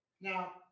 Now